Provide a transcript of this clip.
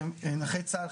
שנכי צה"ל,